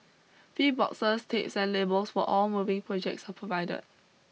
free boxes tapes and labels for all moving projects are provided